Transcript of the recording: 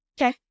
Okay